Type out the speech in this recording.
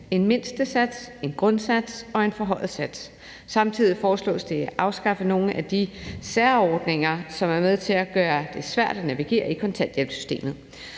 en mindstesats, en grundsats og en forhøjet sats. Samtidig foreslås det at afskaffe nogle af de særordninger, som gør det svært at navigere i kontanthjælpssystemet.